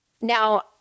Now